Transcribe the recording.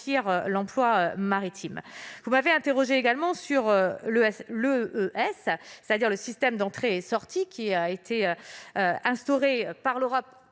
l'emploi maritime. Vous m'avez également interrogée sur l'EES, c'est-à-dire le système des entrées/sorties qui a été instauré par l'Europe